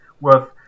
worth